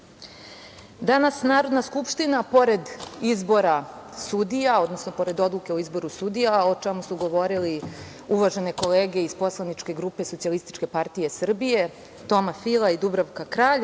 Narodna skupština, pored izbora sudija, odnosno pored Odluke o izboru sudija, a o čemu su govorile uvažene kolege iz poslaničke grupe SPS Toma Fila i Dubravka Kralj,